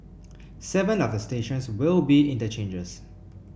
seven of the stations will be interchanges